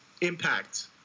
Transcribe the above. impact